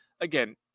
Again